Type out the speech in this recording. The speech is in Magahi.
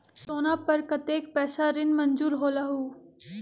सोना पर कतेक पैसा ऋण मंजूर होलहु?